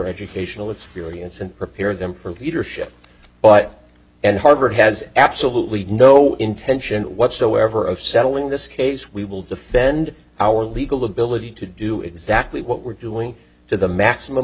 educational experience and prepare them for peter ship but and harvard has absolutely no intention whatsoever of settling this case we will defend our legal ability to do exactly what we're doing to the maximum